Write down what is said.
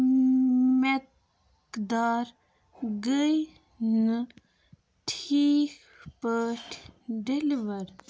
مٮ۪قدار گٔے نہٕ ٹھیٖک پٲٹھۍ ڈیلوَر